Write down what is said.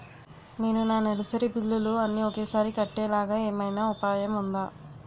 నేను నా నెలసరి బిల్లులు అన్ని ఒకేసారి కట్టేలాగా ఏమైనా ఉపాయం ఉందా?